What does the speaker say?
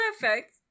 perfect